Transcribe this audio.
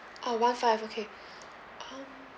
ah one five okay um